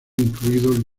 incluidos